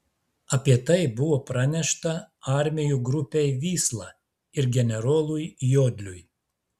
apie tai buvo pranešta armijų grupei vysla ir generolui jodliui